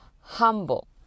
humble